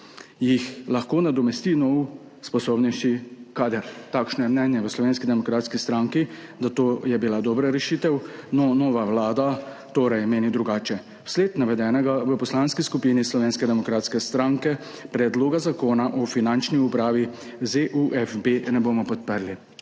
jih lahko nadomesti nov, sposobnejši kader. Takšno je mnenje v Slovenski demokratski stranki, da je bila to dobra rešitev, nova vlada torej meni drugače. Zaradi navedenega v Poslanski skupini Slovenske demokratske stranke predloga Zakona o finančni upravi ZUF-B ne bomo podprli.